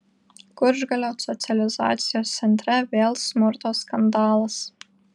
kučgalio socializacijos centre vėl smurto skandalas